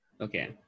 Okay